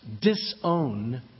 disown